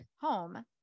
home